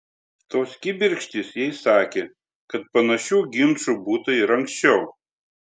tos kibirkštys jai sakė kad panašių ginčų būta ir anksčiau